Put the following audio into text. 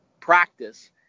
practice